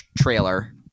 trailer